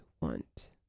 want